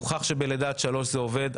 והוכח שמצלמות מגיל לידה עד שלוש זה דבר שעובד,